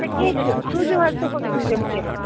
اچھا کینٛہہ چھُنہٕ سوٗزِو حظ تہٕ بہٕ دِم کٕرِتھ